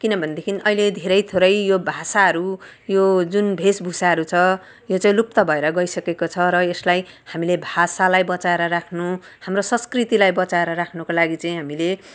किनभनेदेखि अहिले धेरै थोरै यो भाषाहरू यो जुन भेषभूषाहरू छ यो चाहिँ लुप्त भएर गइसकेको छ र यसलाई हामीले भाषालाई बचाएर राख्नु हाम्रो संस्कृतिलाई बचाएर राख्नुको लागि चाहिँ हामीले